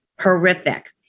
horrific